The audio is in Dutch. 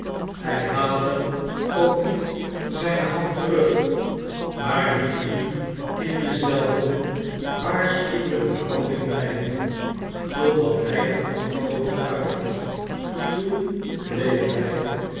hij haalde ook niet zijne hand terug maar liet die in dezelfde waarschuwende houding blijven totdat hij de anekdote uit had toen bleef hij